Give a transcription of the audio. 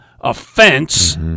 offense